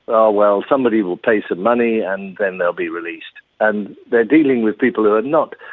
oh well, somebody will pay some money and then they'll be released. and they're dealing with people who are not,